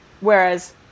Whereas